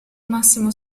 massimo